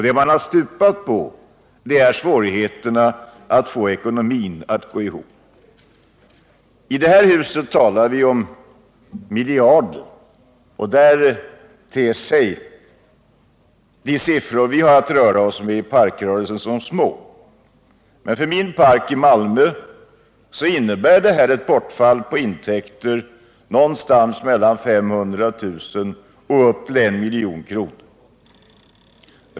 Det man har stupat på är svårigheterna att få ekonomin att gå ihop. I det här huset talar vi om miljarder, och här ter sig de siffror vi har att röra oss med i parkrörelsen som små. Men för min park i Malmö innebär det här förbudet ett bortfall av intäkter på mellan 500 000 och 1 miljon kronor.